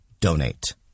donate